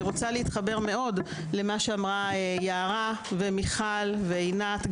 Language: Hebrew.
אני רוצה להתחבר למה שאמרו יערה, מיכל ועינת.